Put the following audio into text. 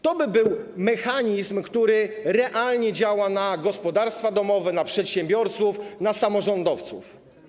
To by był mechanizm, który realnie działałby na gospodarstwa domowe, na przedsiębiorców, na samorządowców.